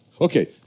Okay